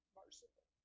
merciful